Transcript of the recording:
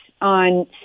on